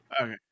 Okay